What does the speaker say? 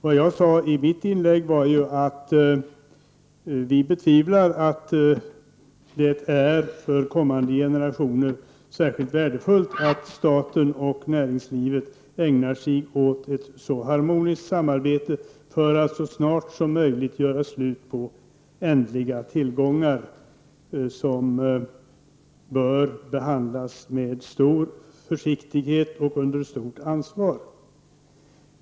I mitt huvudanförande sade jag att vi betvivlar att det är särskilt värdefullt för kommande generationer att staten och näringslivet ägnar sig åt ett harmoniskt samarbete för att så snart som möjligt göra slut på ändliga tillgångar, som ju bör behandlas med stor försiktighet och under stort ansvar.